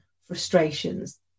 frustrations